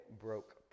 broke